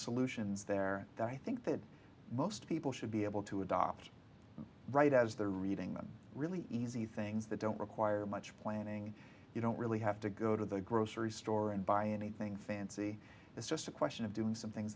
solutions there that i think that most people should be able to adopt right as they're reading them really easy things that don't require much planning you don't really have to go to the grocery store and buy anything fancy it's just a question of doing some things